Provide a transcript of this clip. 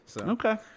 Okay